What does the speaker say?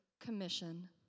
Commission